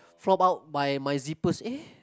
fall out by my zippers eh